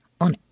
on